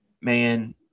man